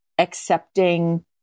accepting